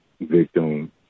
victim